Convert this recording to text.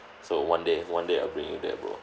so one day one day I'll bring you there bro